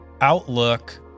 outlook